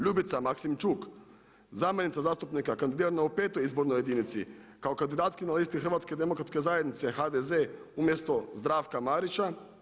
Ljubica Maksimčuk zamjenica zastupnika kandidirana u 5. izbornoj jedinici kao kandidatkinja na listi Hrvatske demokratske zajednice HDZ umjesto Zdravka Marića.